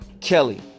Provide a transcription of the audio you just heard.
Kelly